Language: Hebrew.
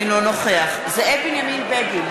אינו נוכח זאב בנימין בגין,